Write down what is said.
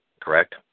correct